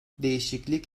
değişiklik